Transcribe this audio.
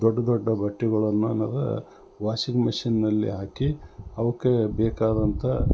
ದೊಡ್ಡ ದೊಡ್ಡ ಬಟ್ಟಿಗಳನ್ನೆನದ ವಾಷಿಂಗ್ ಮಶಿನ್ನಲ್ಲಿ ಹಾಕಿ ಅವಕ್ಕೆ ಬೇಕಾದಂಥ